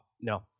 No